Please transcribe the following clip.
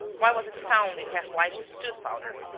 why was it found in herr bleichen's tooth-powder?